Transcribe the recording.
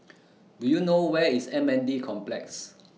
Do YOU know Where IS M N D Complex